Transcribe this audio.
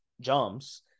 jumps